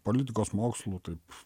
politikos mokslų taip